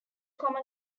common